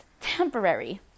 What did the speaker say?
temporary